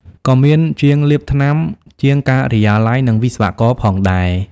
ក៏មានជាងលាបថ្នាំ ជាងការិយាល័យ និងវិស្វករផងដែរ។